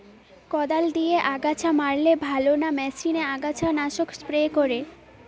কদাল দিয়ে আগাছা মারলে ভালো না মেশিনে আগাছা নাশক স্প্রে করে?